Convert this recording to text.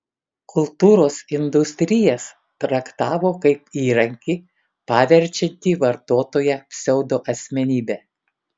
kultūros industrijas traktavo kaip įrankį paverčiantį vartotoją pseudoasmenybe